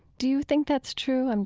do you think that's true? and